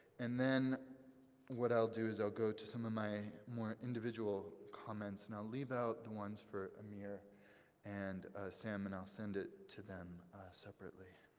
and then what i'll do is i'll go to some of my more individual comments, and i'll leave out the ones for amir and sam and i'll send it to them separately.